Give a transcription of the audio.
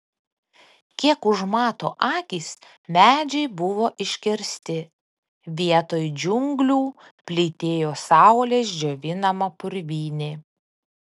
kiek užmato akys medžiai buvo iškirsti vietoj džiunglių plytėjo saulės džiovinama purvynė